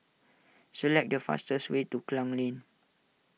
select the fastest way to Klang Lane